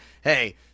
hey